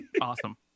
awesome